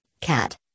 CAT